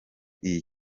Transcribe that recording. iyi